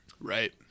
Right